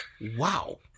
wow